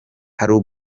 hari